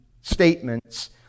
statements